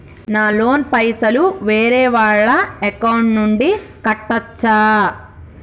నా లోన్ పైసలు వేరే వాళ్ల అకౌంట్ నుండి కట్టచ్చా?